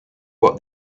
what